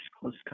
close